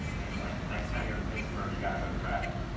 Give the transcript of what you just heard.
he was like, next time you're in pittsburgh, you got to go to braddock.